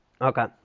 Okay